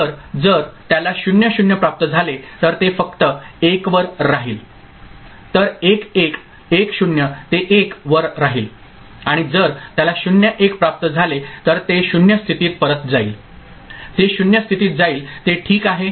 तर जर त्याला 0 0 प्राप्त झाले तर ते फक्त 1 वर राहील तर 1 1 1 0 ते 1 वर राहील आणि जर त्याला 0 1 प्राप्त झाले तर ते 0 स्थितीत परत जाईल ते 0 स्थितीत जाईल ते ठीक आहे